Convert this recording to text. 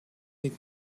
niet